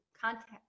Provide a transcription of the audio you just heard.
contact